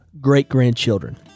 great-grandchildren